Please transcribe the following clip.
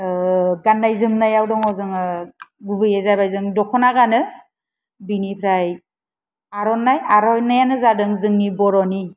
गाननाय जोमनायाव दङ जोङो गुबैयै जेरै जों दखना गानो बिनिफ्राय आर'नाय आर'नायानो जादों जोंनि बर' नि